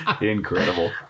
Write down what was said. Incredible